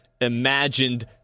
imagined